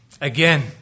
again